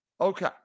Okay